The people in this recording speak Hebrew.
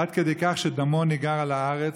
עד כדי כך שדמו ניגר על הארץ,